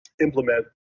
implement